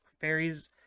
Fairies